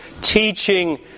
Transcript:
teaching